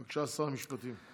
בבקשה, שר המשפטים.